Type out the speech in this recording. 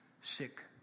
sick